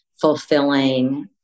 fulfilling